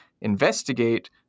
investigate